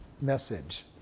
message